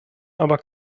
aber